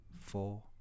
four